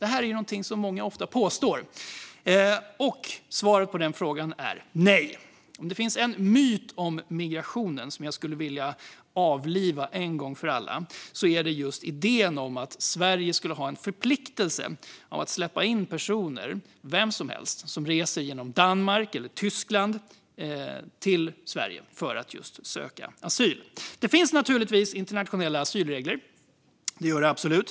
Det här är ju någonting som många ofta påstår. Svaret på den frågan är nej. Om det finns en myt om migrationen som jag skulle vilja avliva en gång för alla är det just idén om att Sverige skulle ha en förpliktelse att släppa in vem som helst som reser genom Danmark eller Tyskland till Sverige för att just öka asyl. Det finns naturligtvis internationella asylregler; det gör det absolut.